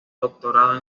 doctorado